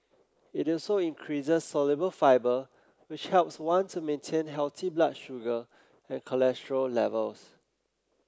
it also increases soluble fibre which helps one to maintain healthy blood sugar and cholesterol levels